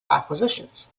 acquisitions